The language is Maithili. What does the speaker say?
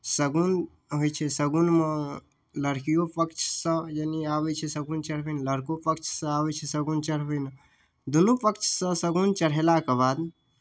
शगुन होइ छै शगुनमे लड़किओ पक्षसँ यानि आबै छै शगुन चढ़बैमे लड़को पक्षसँ आबै छै शगुन चढ़बैमे दुनू पक्षसँ शगुन चढ़ेलाके बाद